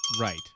Right